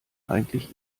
eigentlich